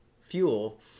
fuel